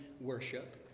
worship